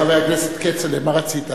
יהיה, חבר הכנסת כצל'ה, מה רצית?